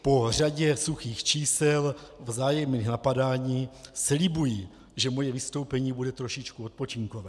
Po řadě suchých čísel, vzájemných napadání slibuji, že moje vystoupení bude trošičku odpočinkové.